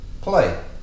play